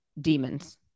demons